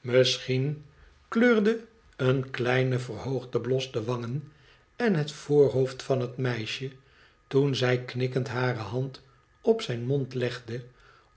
misschien kleurde een kleine verhoogde blos de wangen en het voorhoofd van het meisje toen zij knikkend hare hand op zijn mond legde